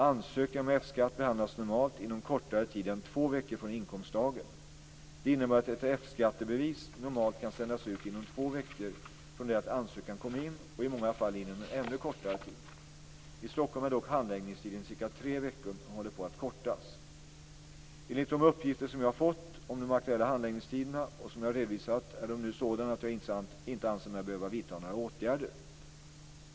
Ansökningar om F-skatt behandlas normalt inom kortare tid än två veckor från inkomstdagen. Det innebär att ett F skattebevis normalt kan sändas ut inom två veckor från det att ansökan kom in, och i många fall inom en ännu kortare tid. I Stockholm är dock handläggningstiden ca tre veckor men håller på att kortas. Enligt de uppgifter som jag har fått om de aktuella handläggningstiderna, och som jag redovisat, är de nu sådana att jag inte anser mig behöva vidta några åtgärder.